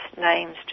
names